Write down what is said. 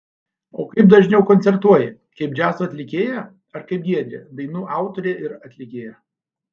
o kaip dažniau koncertuoji kaip džiazo atlikėja ar kaip giedrė dainų autorė ir atlikėja